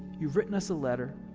you've written us a letter